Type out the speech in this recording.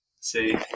See